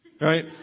right